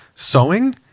sewing